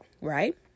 right